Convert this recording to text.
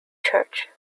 church